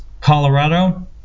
Colorado